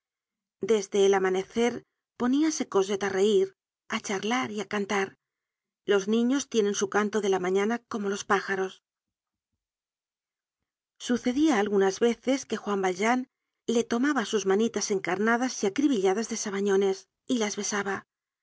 desde el amanecer poníase cosette á reír á charlar y á cantar los niños tienen su canto de la mañana como los pájaros content from google book search generated at sucedia algunas veces que juan valjean le tomaba sus manitas encarnadas y acribilladas de sabañones y las besaba